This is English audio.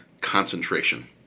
concentration